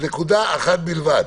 נקודה אחת בלבד.